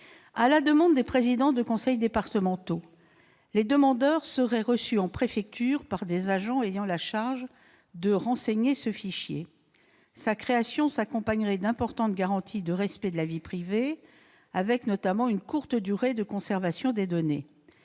À la demande des présidents de conseil départemental, les demandeurs seraient reçus en préfecture par des agents ayant la charge de renseigner ce fichier. Sa création s'accompagnerait d'importantes garanties de respect de la vie privée, avec notamment une courte durée de conservation des données.